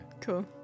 cool